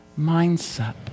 mindset